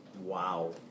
Wow